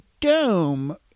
dome